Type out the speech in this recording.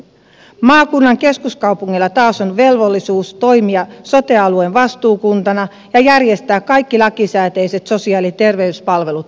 maakunnan keskuskaupungilla taas on velvollisuus toimia sote alueen vastuukuntana ja järjestää kaikki lakisääteiset sosiaali ja terveyspalvelut alueellaan